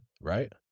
Right